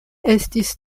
estis